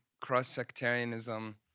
cross-sectarianism